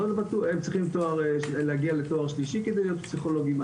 הם צריכים להגיע לתואר שלישי כדי להיות פסיכולוגים.